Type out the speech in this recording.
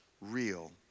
real